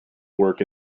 work